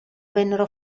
vennero